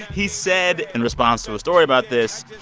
he said in response to a story about this,